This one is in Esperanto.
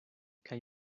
kaj